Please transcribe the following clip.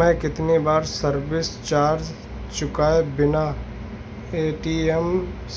मैं कितनी बार सर्विस चार्ज चुकाए बिना ए.टी.एम